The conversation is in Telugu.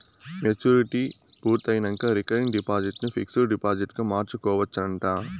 మెచ్యూరిటీ పూర్తయినంక రికరింగ్ డిపాజిట్ ని పిక్సుడు డిపాజిట్గ మార్చుకోవచ్చునంట